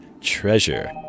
treasure